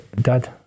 Dad